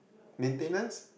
maintenance